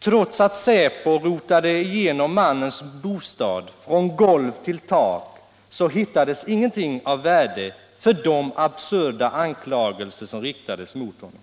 Trots att säpo rotade igenom mannens bostad från golv till tak hittades ingenting av värde för de absurda anklagelser som riktades mot honom.